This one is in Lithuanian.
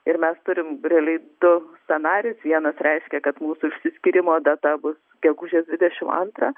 ir mes turim realiai du scenarijus vienas reiškia kad mūsų išsiskyrimo data bus gegužės dvidešim antrą